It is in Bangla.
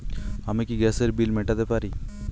আমি কি গ্যাসের বিল মেটাতে পারি?